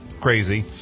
crazy